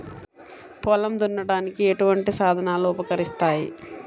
పొలం దున్నడానికి ఎటువంటి సాధనాలు ఉపకరిస్తాయి?